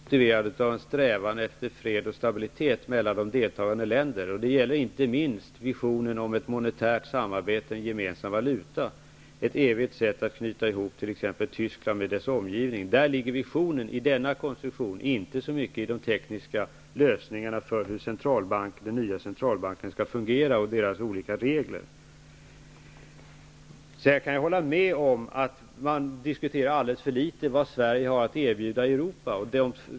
Fru talman! Visionen om Europeiska unionen är motiverad av en strävan efter fred och stabilitet mellan de deltagande länderna. Det gäller inte minst visionen om ett monetärt samarbete och en gemensam valuta, ett evigt sätt att knyta ihop t.ex. Tyskland med dess omgivning. Där ligger visionen i denna konstruktion, inte så mycket i de tekniska lösningarna för hur den nya centralbanken skall fungera och dess olika regler. Jag kan hålla med om att man alldeles för litet diskuterar vad Sverige har att erbjuda Europa.